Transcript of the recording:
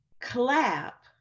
clap